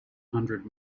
hundred